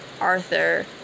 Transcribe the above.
Arthur